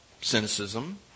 cynicism